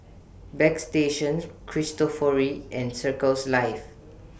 Bagstationz Cristofori and Circles Life